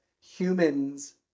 humans